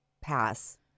pass